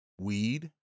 weed